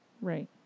Right